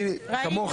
ראינו.